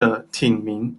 的町名